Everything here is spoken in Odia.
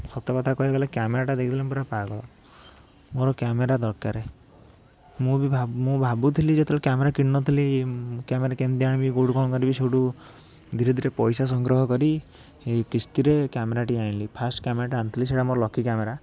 ସତକଥା କହିବାକୁ ଗଲେ କ୍ୟାମେରାଟା ଦେଖିଦେଲେ ମୁଁ ପୁରା ପାଗଳ ମୋର କ୍ୟାମେରା ଦରକାର ମୁଁ ବି ଭା ମୁଁ ଭାବୁଥିଲି ଯେତେବେଳେ କ୍ୟାମେରା କିଣି ନ ଥିଲି କ୍ୟାମେରା କେମତି ଆଣିବି କେଉଁଠୁ କ'ଣ କରିବି ସେଇଠୁ ଧୀରେଧୀରେ ପଇସା ସଂଗ୍ରହ କରି କିସ୍ତିରେ କ୍ୟାମେରାଟା ଆଣିଲି ଫାଷ୍ଟ କ୍ୟାମେରାଟା ଆଣିଥିଲି ସେଇଟା ମୋର ଲକି କ୍ୟାମେରା